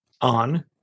on